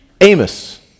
Amos